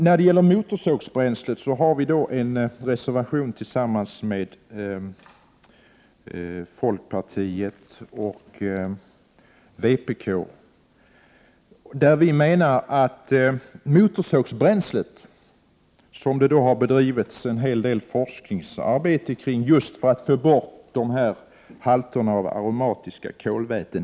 När det gäller motorsågsbränsle har vi en reservation tillsammans med folkpartiet och vpk. Det har bedrivits en hel del forskningsarbete om 65 motorsågsbränsle för att få bort halterna av aromatiska kolväten.